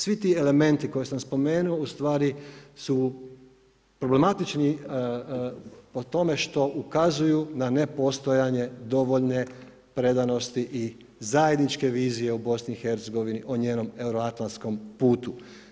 Svi ti elementi koje sam spomenuo, ustvari su problematični o tome što ne ukazuju na nepostojanje dovoljne predanosti i zajedničke vizije u BIH o njenom euroatlantskom putu.